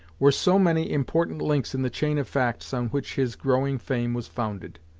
were so many important links in the chain of facts, on which his growing fame was founded.